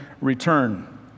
return